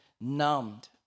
numbed